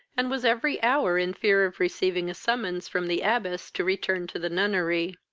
and was every hour in fear of receiving a summons from the abbess to return to the nunnery.